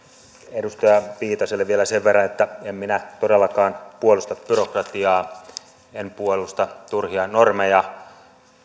edustaja viitaselle vielä sen verran että en minä todellakaan puolusta byrokratiaa en puolusta turhia normeja